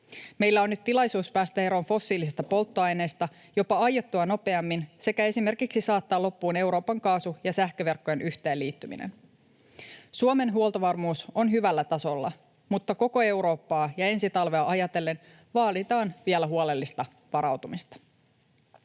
Meillä on nyt tilaisuus päästä eroon fossiilisista polttoaineista jopa aiottua nopeammin sekä esimerkiksi saattaa loppuun Euroopan kaasu- ja sähköverkkojen yhteenliittyminen. Suomen huoltovarmuus on hyvällä tasolla, mutta koko Eurooppaa ja ensi talvea ajatellen vaaditaan vielä huolellista varautumista.